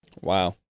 Wow